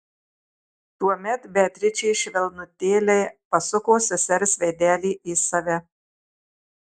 tuomet beatričė švelnutėliai pasuko sesers veidelį į save